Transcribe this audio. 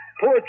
Poor